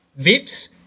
Vips